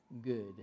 good